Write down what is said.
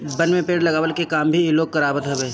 वन में पेड़ लगवला के काम भी इ लोग करवावत हवे